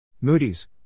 Moody's